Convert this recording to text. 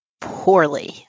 Poorly